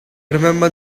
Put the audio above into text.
remember